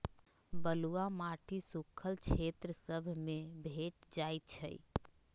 बलुआ माटी सुख्खल क्षेत्र सभ में भेंट जाइ छइ